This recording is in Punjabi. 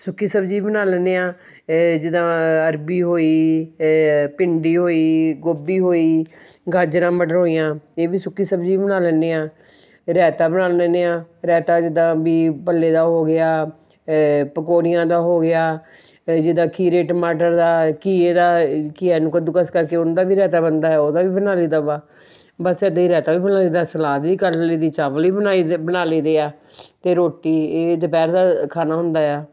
ਸੁੱਕੀ ਸਬਜ਼ੀ ਵੀ ਬਣਾ ਲੈਂਦੇ ਹਾਂ ਜਿੱਦਾਂ ਅਰਬੀ ਹੋਈ ਭਿੰਡੀ ਹੋਈ ਗੋਭੀ ਹੋਈ ਗਾਜਰਾਂ ਮਟਰ ਹੋਈਆਂ ਇਹ ਵੀ ਸੁੱਕੀ ਸਬਜ਼ੀ ਵੀ ਬਣਾ ਲੈਂਦੇ ਹਾਂ ਰਾਇਤਾ ਬਣਾ ਲੈਂਦੇ ਹਾਂ ਰਾਇਤਾ ਜਿੱਦਾਂ ਵੀ ਭੱਲੇ ਦਾ ਹੋ ਗਿਆ ਪਕੌੜੀਆਂ ਦਾ ਹੋ ਗਿਆ ਜਿੱਦਾਂ ਖੀਰੇ ਟਮਾਟਰ ਦਾ ਘੀਏ ਦਾ ਘੀਏ ਨੂੰ ਕੱਦੂਕਸ ਕਰਕੇ ਉਹਦਾ ਵੀ ਰਾਇਤਾ ਬਣਦਾ ਉਹਦਾ ਵੀ ਬਣਾ ਲਈ ਦਾ ਵਾ ਬਸ ਐਦੀ ਰਾਇਤਾ ਵੀ ਬਣਾ ਲਈ ਦਾ ਸਲਾਦ ਵੀ ਕਰਨ ਲਈ ਦੀ ਚਾਵਲ ਹੀ ਬਣਾਈ ਦੇ ਬਣਾ ਲਈ ਦੇ ਆ ਅਤੇ ਰੋਟੀ ਇਹ ਦੁਪਹਿਰ ਦਾ ਖਾਣਾ ਹੁੰਦਾ ਆ